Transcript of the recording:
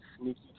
sneaky